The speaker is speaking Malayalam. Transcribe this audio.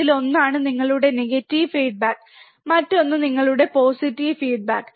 അതിലൊന്നാണ് നിങ്ങളുടെ നെഗറ്റീവ് ഫീഡ്ബാക്ക് മറ്റൊന്ന് നിങ്ങളുടെ പോസിറ്റീവ് ഫീഡ്ബാക്ക്